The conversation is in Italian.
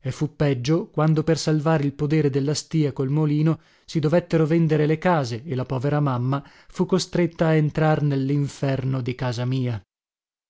e fu peggio quando per salvare il podere della stìa col molino si dovettero vendere le case e la povera mamma fu costretta a entrar nellinferno di casa mia